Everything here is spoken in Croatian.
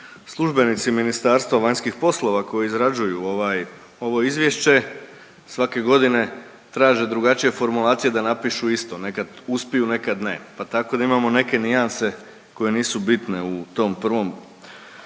Službenici MVEP-a koji izrađuju ovo izvješće svake godine traže drugačije formulacije da napišu isto, nekad uspiju, nekad ne, pa tako da imamo neke nijanse koje nisu bitne u tom prvom